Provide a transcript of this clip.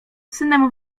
synem